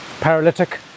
paralytic